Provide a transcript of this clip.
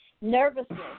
Nervousness